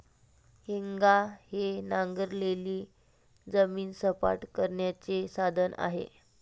हेंगा हे नांगरलेली जमीन सपाट करण्याचे साधन आहे